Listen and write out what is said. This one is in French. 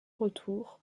retour